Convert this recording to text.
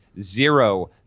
zero